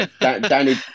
Danny